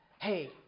hey